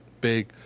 big